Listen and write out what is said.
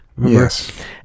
yes